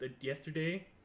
yesterday